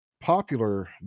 popular